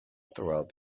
throughout